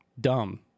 dumb